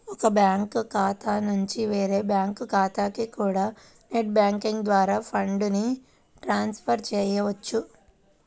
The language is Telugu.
ఒక బ్యాంకు ఖాతా నుంచి వేరే బ్యాంకు ఖాతాకి కూడా నెట్ బ్యాంకింగ్ ద్వారా ఫండ్స్ ని ట్రాన్స్ ఫర్ చెయ్యొచ్చు